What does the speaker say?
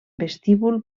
vestíbul